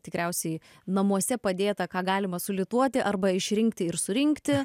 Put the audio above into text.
tikriausiai namuose padėta ką galima sulituoti arba išrinkti ir surinkti